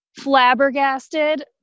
flabbergasted